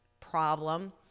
problem